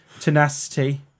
tenacity